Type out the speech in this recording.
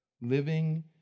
living